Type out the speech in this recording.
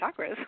chakras